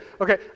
okay